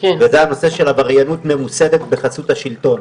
וזה הנושא של עבריינות ממוסדת בחסות השלטון.